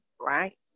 right